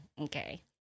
okay